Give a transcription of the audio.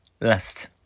last